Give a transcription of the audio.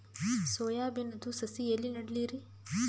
Soya ಬಿನದು ಸಸಿ ಎಲ್ಲಿ ನೆಡಲಿರಿ?